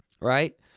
right